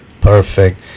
Perfect